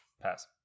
Pass